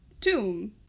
tomb